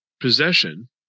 possession